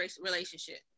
relationship